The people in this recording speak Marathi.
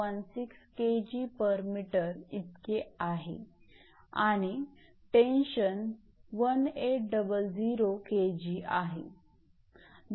16 𝐾𝑔𝑚 इतके आहे आणि टेन्शन 1800 𝐾𝑔 आहे